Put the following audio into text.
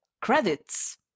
credits